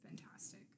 Fantastic